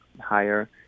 higher